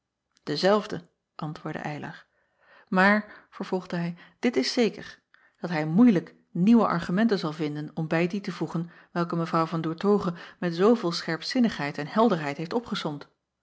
ezelfde antwoordde ylar maar vervolgde hij dit is zeker dat hij moeilijk nieuwe argumenten zal vinden om bij die te voegen welke w an oertoghe met zooveel scherpzinnigheid en helderheid heeft opgesomd